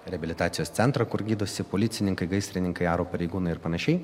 reabilitacijos centrą kur gydosi policininkai gaisrininkai aro pareigūnai ir panašiai